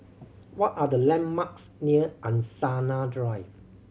what are the landmarks near Angsana Drive